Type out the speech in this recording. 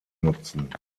nutzen